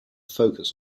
focus